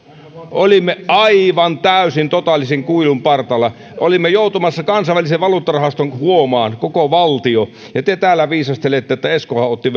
olimme aivan täysin totaalisen kuilun partaalla olimme joutumassa kansainvälisen valuuttarahaston huomaan koko valtio ja te täällä viisastelette että esko aho otti